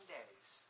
days